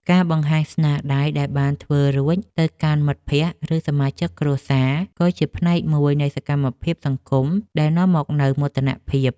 ការបង្ហាញស្នាដៃដែលបានធ្វើរួចទៅកាន់មិត្តភក្តិ ឬសមាជិកគ្រួសារ ក៏ជាផ្នែកមួយនៃសកម្មភាពសង្គមដែលនាំមកនូវមោទនភាព។